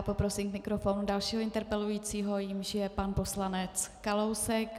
Poprosím k mikrofonu dalšího interpelujícího, jímž je pan poslanec Kalousek.